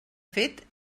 fet